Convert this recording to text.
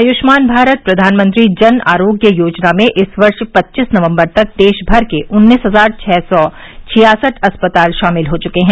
आयुष्मान भारत प्रधानमंत्री जन आरोग्य योजना में इस वर्ष पच्चीस नवम्बर तक देशभर के उन्नीस हजार छः सौ छियासठ अस्पताल शामिल हो चुके हैं